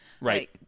Right